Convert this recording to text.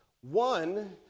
One